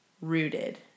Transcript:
rooted